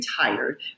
tired